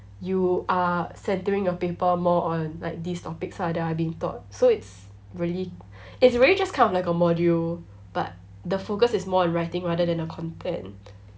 you are centering your paper more on like these topics ah that I've been taught so it's really it's really just kind of like a module but the focus is more on writing rather than the content